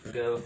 go